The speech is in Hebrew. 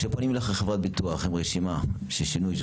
כשפונים אליך חברת ביטוח עם רשימה של שינוי של